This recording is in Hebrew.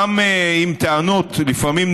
לפעמים,